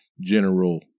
general